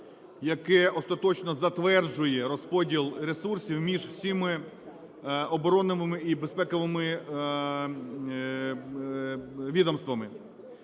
яке остаточно затверджує розподіл ресурсів між всіма оборонними і безпековими відомствами.